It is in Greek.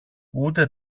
ούτε